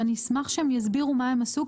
ואני אשמח שהם יסבירו מה הם עשו.